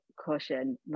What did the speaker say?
caution